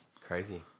Crazy